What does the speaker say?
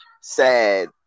sad